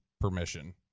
permission